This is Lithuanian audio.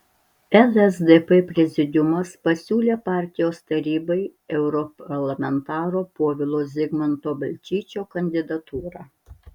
lsdp prezidiumas pasiūlė partijos tarybai europarlamentaro povilo zigmanto balčyčio kandidatūrą